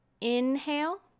inhale